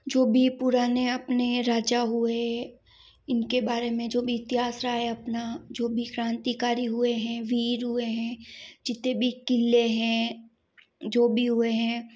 जो भी पुराने अपने राजा हुये इनके बारे में जो भी इतिहास रहा है अपना जो भी क्रांतिकारी हुए हैं वीर हुए हैं जितने भी किले हैं जो भी हुए हैं